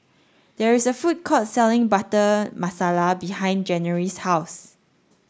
there is a food court selling Butter Masala behind January's house